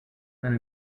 and